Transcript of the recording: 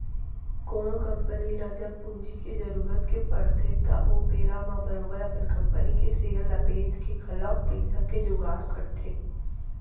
कोनो कंपनी ल जब पूंजी के जरुरत के पड़थे त ओ बेरा म बरोबर अपन कंपनी के सेयर ल बेंच के घलौक पइसा के जुगाड़ करथे